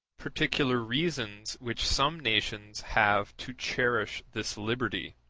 particular reasons which some nations have to cherish this liberty